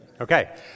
Okay